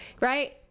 Right